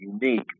unique